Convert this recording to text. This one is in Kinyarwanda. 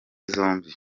zombi